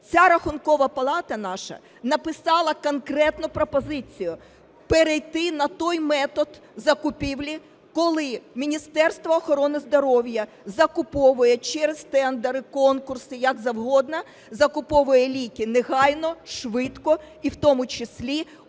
Ця Рахункова палата наша написала конкретну пропозицію: перейти на той метод закупівлі, коли Міністерство охорони здоров'я закуповує через тендери, конкурси, як завгодно, закуповує ліки негайно, швидко, і в тому числі,